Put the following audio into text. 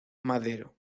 madero